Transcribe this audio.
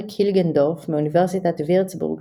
Eric Hilgendorf מאוניברסיטת ווירצבורג